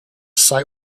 site